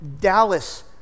Dallas